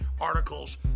articles